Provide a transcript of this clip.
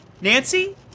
Nancy